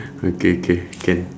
okay okay can